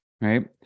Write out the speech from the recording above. right